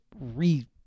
re-